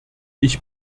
ich